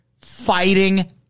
fighting